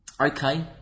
Okay